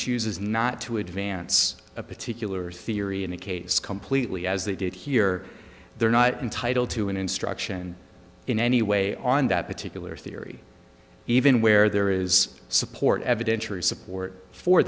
chooses not to advance a particular theory in a case completely as they did here they're not entitled to an instruction in any way on that particular theory even where there is support evidentiary support for